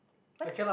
what's